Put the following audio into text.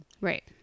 Right